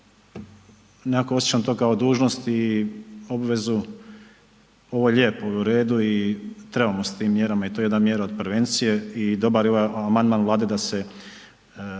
nekako osjećam to kao dužnosti i obvezu, ovo je lijepo i u redu i trebamo s tim mjerama i to je jedna mjera od prevencije i dobar amandman Vlade da se